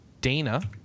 dana